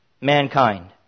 mankind